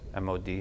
MOD